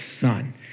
Son